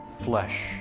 flesh